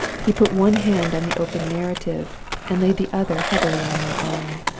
he put one hand on the open narrative and laid the other heavily on my arm.